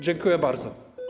Dziękuję bardzo.